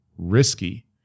risky